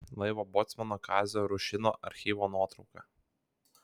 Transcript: laivo bocmano kazio rušino archyvo nuotrauka